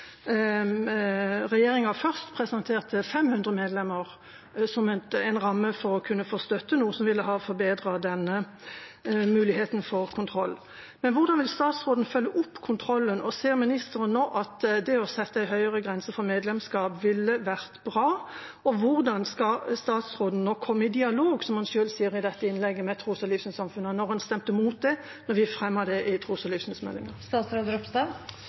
regjeringa først presenterte 500 medlemmer som en ramme for å kunne få støtte, noe som ville ha forbedret muligheten for kontroll. Hvordan vil statsråden følge opp kontrollen, og ser ministeren nå at det å sette en høyere grense for medlemskap ville vært bra? Hvordan skal statsråden komme i dialog med tros- og livssynsamfunnene, som han selv sier i dette innlegget, når han stemte mot det da vi fremmet det i tros- og